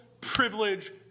privilege